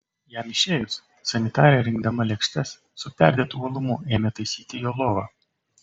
jam išėjus sanitarė rinkdama lėkštes su perdėtu uolumu ėmė taisyti jo lovą